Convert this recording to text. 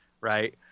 right